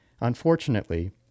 Unfortunately